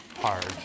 Hard